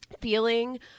feeling